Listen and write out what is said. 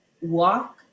walk